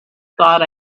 thought